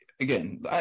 again